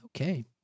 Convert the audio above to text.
Okay